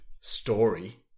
story